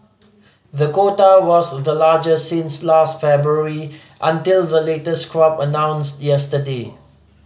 the quota was the largest since last February until the latest crop announced yesterday